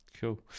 Cool